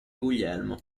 guglielmo